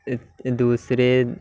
ਦੂਸਰੇ